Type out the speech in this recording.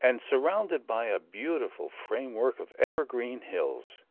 and surrounded by a beautiful framework of evergreen hills